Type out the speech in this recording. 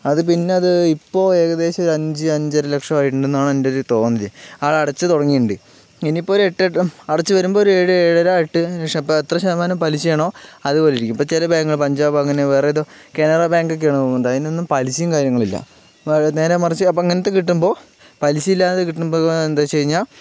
അത് പിന്നെ അത് ഇപ്പോ ഏകദേശം ഒരു അഞ്ച് അഞ്ചരലക്ഷം ആയിട്ടുണ്ട് എന്നാണ് എൻറെ ഒരു തോന്നൽ അയാൾ അടച്ചു തുടങ്ങിയിട്ടുണ്ട് ഇനിയിപ്പോ ഒരു എട്ടു എട്ടു അടച്ച് വരുമ്പോ ഒരു ഏഴ് ഏഴര എട്ട് ലക്ഷം എത്ര ശതമാനം പലിശയാണോ അതുപോലെ ഇരിക്കും ഇപ്പോ ചില ബാങ്ക് പഞ്ചാബ് അങ്ങനെ വേറെ ഏതോ കനറാ ബാങ്ക് ഒക്കെയാണെന്ന് തോന്നുന്നുണ്ട് അതിനൊന്നും പലിശയും കാര്യങ്ങളും ഇല്ല നേരെമറിച്ച് അപ്പോ ഇങ്ങനത്തെ കിട്ടുമ്പോ പലിശ ഇല്ലാത്തത് കിട്ടുമ്പോൾ എന്താ എന്ന് വെച്ച് കഴിഞ്ഞാ